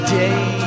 day